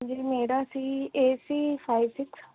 ਜੀ ਮੇਰਾ C A C five six